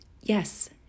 Yes